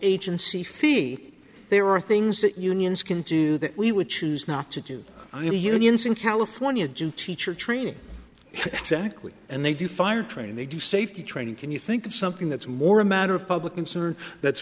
agency fee there are things that unions can do that we would choose not to do i mean unions in california gym teacher training exactly and they do fire training they do safety training can you think of something that's more a matter of public concern that's